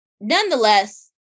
Nonetheless